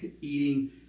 eating